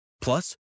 Plus